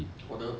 我的